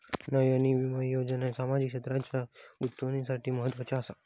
नयीन विमा योजना सामाजिक क्षेत्राच्या उन्नतीसाठी म्हत्वाची आसा